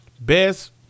best